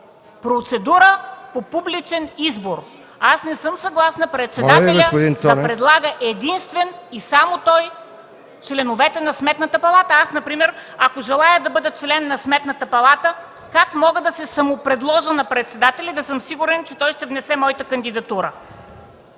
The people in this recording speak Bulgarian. Цонев. МЕНДА СТОЯНОВА: Не съм съгласна председателят да предлага единствен и само той членовете на Сметната палата. Аз, ако желая да бъда член на Сметната палата, как мога да се самопредложа на председателя и да съм сигурна, че той ще внесе моята кандидатура.